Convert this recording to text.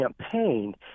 campaign